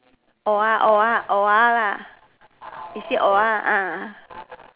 awhile awhile awhile lah you sit awhile ah